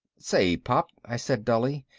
say, pop, i said dully,